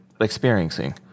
experiencing